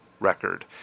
record